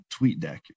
TweetDeck